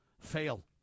fail